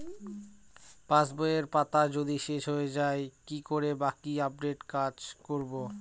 পাসবইয়ের পাতা যদি শেষ হয়ে য়ায় কি করে বাকী আপডেটের কাজ করব?